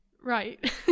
right